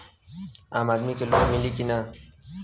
आम आदमी के लोन मिली कि ना?